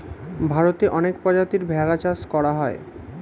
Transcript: ভারতে অনেক প্রজাতির ভেড়া চাষ করা হয়